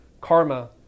karma